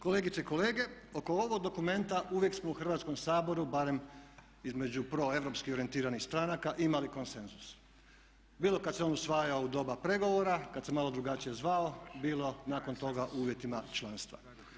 Kolegice i kolege oko ovog dokumenta uvijek smo u Hrvatskom saboru barem između proeuropski orijentiranih stranaka imali konsenzus bilo kad se on usvajao u doba pregovora, kad se malo drugačije zvao, bilo nakon toga u uvjetima članstva.